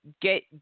Get